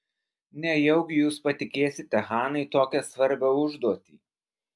nejaugi jūs patikėsite hanai tokią svarbią užduotį